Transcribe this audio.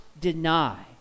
deny